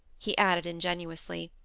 he added ingenuously.